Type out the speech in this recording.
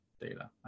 data